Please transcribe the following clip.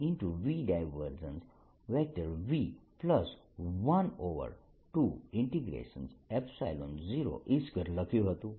120E2 લખ્યું હતું